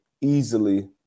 easily